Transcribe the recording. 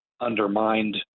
undermined